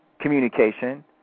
communication